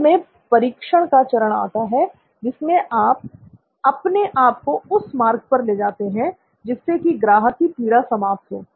अंत में परीक्षण का चरण आता है जिसमें आप अपने आप को उस मार्ग पर ले जाते हैं जिससे कि ग्राहक की पीड़ा समाप्त हो